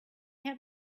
have